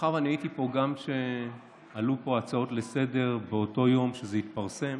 מאחר שאני הייתי פה גם כשעלו פה הצעות לסדר באותו יום שזה התפרסם,